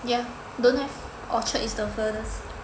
ya don't have Orchard is the furthest